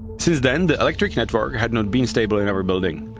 since then the electric network had not been stable in our building.